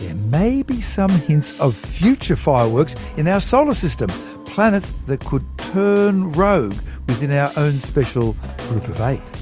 yeah may be some hints of future fireworks in our solar system planets that could turn rogue within our own special group of eight!